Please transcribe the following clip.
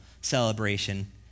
celebration